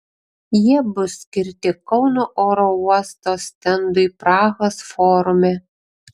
jie bus skirti kauno oro uosto stendui prahos forume